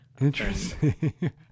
Interesting